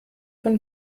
von